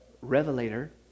revelator